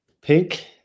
Pink